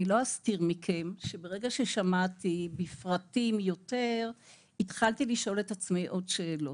לא אסתיר מכם שברגע ששמעתי פרטים התחלתי לשמוע את עצמי עוד שאלות.